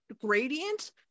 gradient